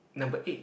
number eight